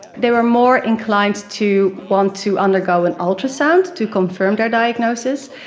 they were more inclined to want to undergo an ultrasound to confirm their diagnosis.